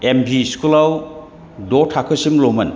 MV स्कुलाव द' थाखोसिमल'मोन